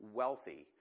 wealthy